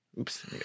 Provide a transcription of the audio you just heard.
Oops